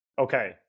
Okay